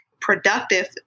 productive